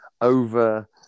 over